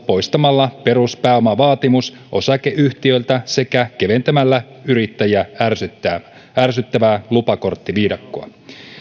poistamalla peruspääomavaatimus osakeyhtiöltä sekä keventämällä yrittäjiä ärsyttävää ärsyttävää lupakorttiviidakkoa